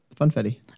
Funfetti